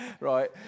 Right